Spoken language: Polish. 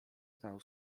znał